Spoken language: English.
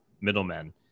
middlemen